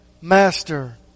master